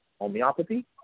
Homeopathy